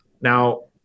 Now